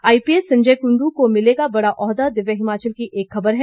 IPS Sanjay Kundu को मिलेगा बड़ा ओहदा दिव्य हिमाचल की एक खबर है